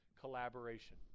collaboration